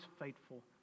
faithful